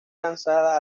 lanzada